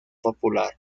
popular